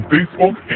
Facebook